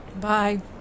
Bye